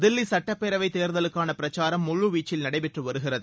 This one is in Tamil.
தில்லி சட்டப்பேரவை தேர்தலுக்கான பிரச்சாரம் முழுவீச்சில் நடைபெற்று வருகிறது